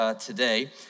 today